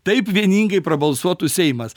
taip vieningai prabalsuotų seimas